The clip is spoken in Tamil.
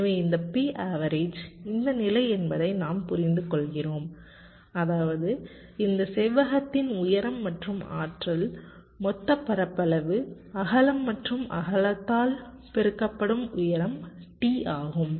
எனவே இந்த P average இந்த நிலை என்பதை நாம் புரிந்துகொள்கிறோம் அதாவது இந்த செவ்வகத்தின் உயரம் மற்றும் ஆற்றல் மொத்த பரப்பளவு அகலம் மற்றும் அகலத்தால் பெருக்கப்படும் உயரம் T ஆகும்